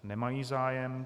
Nemají zájem.